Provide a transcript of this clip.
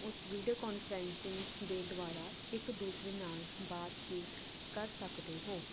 ਉਸ video conferencing ਦੇ ਦੁਆਰਾ ਇੱਕ ਦੂਸਰੇ ਨਾਲ ਬਾਤਚੀਤ ਕਰ ਸਕਦੇ ਹੋ